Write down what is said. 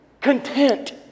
content